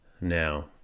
Now